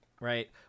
right